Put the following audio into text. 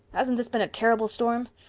hasn't this been a terrible storm?